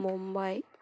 Mumbai